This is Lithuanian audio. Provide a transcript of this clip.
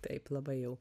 taip labai jau